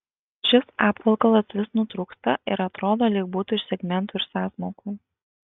šis apvalkalas vis nutrūksta ir atrodo lyg būtų iš segmentų ir sąsmaukų